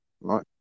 Right